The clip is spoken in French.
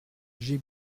j’ai